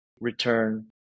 return